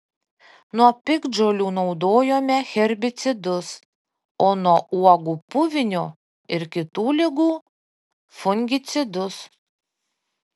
nuo piktžolių naudojome herbicidus o nuo uogų puvinio ir kitų ligų fungicidus